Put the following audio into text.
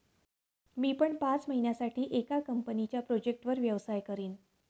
मी पण पाच महिन्यासाठी एका कंपनीच्या प्रोजेक्टवर व्यवसाय करीन